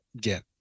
get